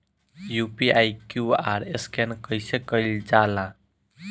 UPI QR scan कइसे कईल जा ला?